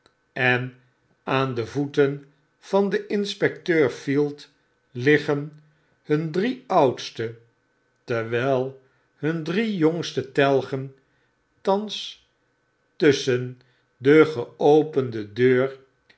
en aan de voeten van den inspecteur field liggen bun drie oudste terwijl hun drie jongste telgen thans tusschen de geopende deur